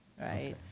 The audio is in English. right